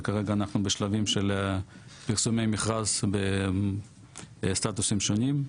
וכרגע אנחנו בשלבים של פרסומי מכרז בסטטוסים שונים.